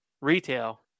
retail